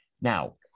Now